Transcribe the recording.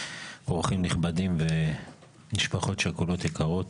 אורחים נכבדים ומשפחות שכולות יקרות,